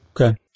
Okay